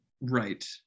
Right